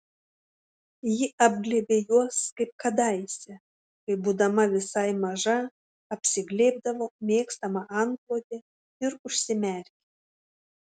ji apglėbė juos kaip kadaise kai būdama visai maža apsiglėbdavo mėgstamą antklodę ir užsimerkė